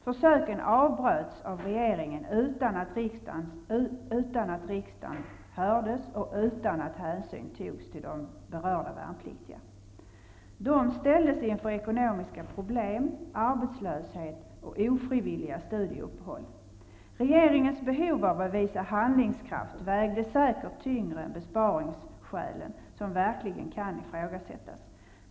Försöken avbröts av regeringen utan att riksdagen hördes och utan att hänsyn togs till de berörda värnpliktiga. De ställdes inför ekonomiska problem, arbetslöshet och ofrivilliga studieuppehåll. Regeringens behov av att visa handlingskraft vägde säkert tyngre än besparingsskälen, som verkligen kan ifrågasättas.